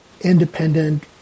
independent